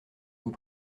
vous